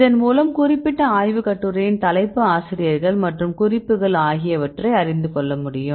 இதன் மூலம் குறிப்பிட்ட ஆய்வு கட்டுரையின் தலைப்பு ஆசிரியர்கள் மற்றும் குறிப்புகள் ஆகியவற்றை அறிந்து கொள்ள முடியும்